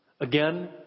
again